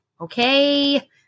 okay